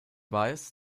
weiß